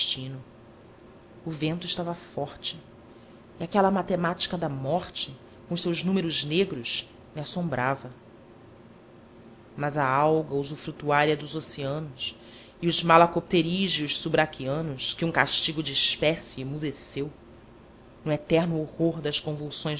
o vento estava forte e aquela matemárica da morte com os seus números negros me assombrava mas a alga usufrutuária dos oceanos e os malacopterígios subraquianos que um castigo de espécie emudeceu no eterno horror das convulsões